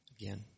again